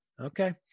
okay